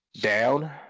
down